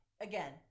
Again